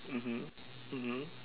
mmhmm mmhmm